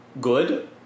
good